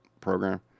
program